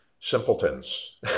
simpletons